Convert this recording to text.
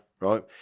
right